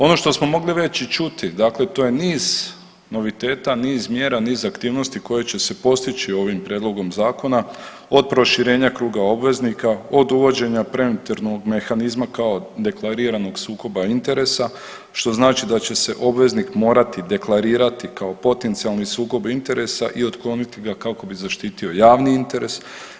Ono što smo mogli već i čuti dakle to je niz noviteta, niz mjera, niz aktivnosti koje će se postići ovim prijedlogom zakona od proširenja kruga obveznika, od uvođenja preventivnog mehanizma kao deklariranog sukoba interesa što znači da će se obveznik morati deklarirati kao potencijalni sukob interesa i otkloniti ga kako bi zaštitio javni interes.